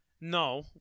No